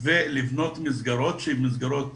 ולבנות מסגרות שהן מסגרות